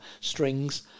strings